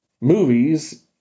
Movies